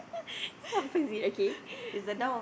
so opposite okay